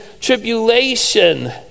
tribulation